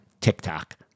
TikTok